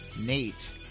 Nate